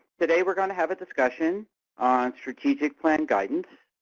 today we are going to have a discussion on strategic plan guidance.